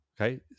Okay